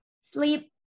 sleep